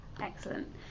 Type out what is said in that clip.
Excellent